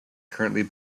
currently